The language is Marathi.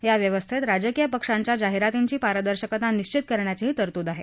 या व्यवस्थेत राजकीय पक्षांच्या जाहिरातींची पारदर्शकता निश्चित करण्याचीही तरतूद आहे